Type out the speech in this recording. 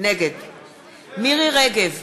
נגד מירי רגב,